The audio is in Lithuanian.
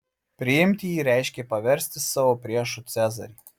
priimti jį reiškė paversti savo priešu cezarį